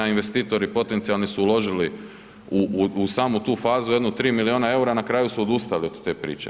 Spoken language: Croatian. Investitori potencijalni su uložili u samu tu fazu jedno 3 milijuna eura, na kraju su odustali od te priče.